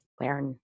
learn